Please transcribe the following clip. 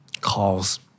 calls